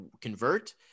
convert